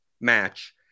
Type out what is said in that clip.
match